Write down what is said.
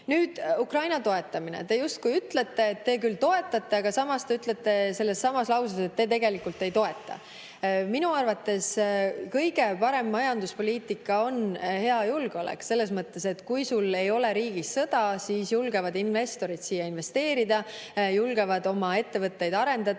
Ukraina toetamine – te ütlete, et te küll toetate, aga samas te ütlete sellessamas lauses, et te tegelikult ei toeta. Minu arvates on kõige parem majanduspoliitika [tugev] julgeolek. Selles mõttes, et kui sul ei ole riigis sõda, siis julgevad investorid siia investeerida, nad julgevad oma ettevõtteid arendada